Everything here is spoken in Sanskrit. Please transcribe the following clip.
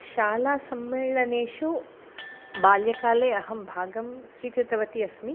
शालासम्मेलनेषु बाल्यकाले अहं भागं स्वीकृतवती अस्मि